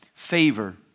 favor